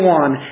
one